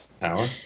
Tower